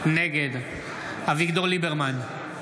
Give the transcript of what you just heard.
נגד אביגדור ליברמן,